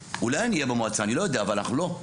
אולי אני אהיה במועצה, אני לא יודע, אבל אנחנו לא.